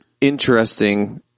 interesting